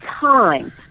time